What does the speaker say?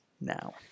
now